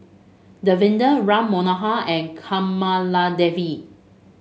Davinder Ram Manohar and Kamaladevi